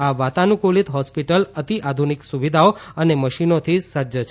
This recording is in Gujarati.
આ વાતાનુકુલિત હોસ્પિટલ અતિઆધુનિક સુવિધાઓ અને મશીનોથી સજ્જ છે